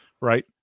right